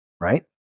right